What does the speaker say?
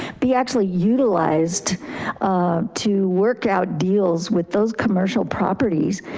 be actually utilized to work out deals with those commercial properties.